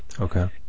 Okay